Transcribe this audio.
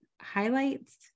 highlights